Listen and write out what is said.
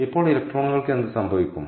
ഇപ്പോൾ ഇലക്ട്രോണുകൾക്ക് എന്ത് സംഭവിക്കും